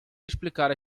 explicar